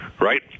right